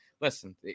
Listen